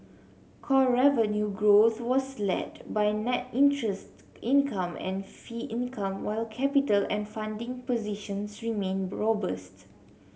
core revenue growth was led by net interest income and fee income while capital and funding positions remain robust